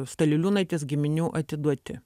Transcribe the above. staliliūnaitės giminių atiduoti